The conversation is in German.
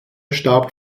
starb